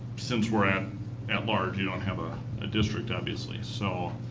since we're at at large. you don't have a district obviously. so,